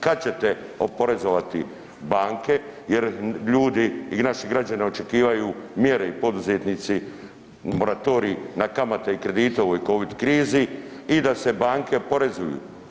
Kada ćete oporezovati banke jer ljudi i naši građani očekivaju mjere i poduzetnici moratorij na kamate i kredite u ovoj covid krizi i da se banke oporezuju.